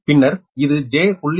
பின்னர் இது j0